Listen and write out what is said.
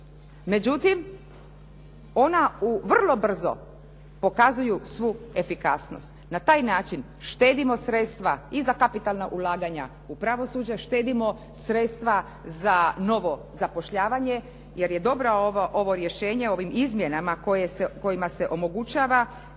Međutim, ona vrlo brzo pokazuju svu efikasnost, na taj način štedimo sredstva i za kapitalna ulaganja u pravosuđe, štedimo sredstva za novo zapošljavanje jer je dobro ovo rješenje o ovim izmjenama kojima se omogućava